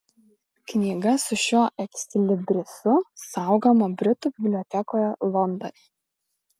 knyga su šiuo ekslibrisu saugoma britų bibliotekoje londone